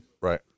Right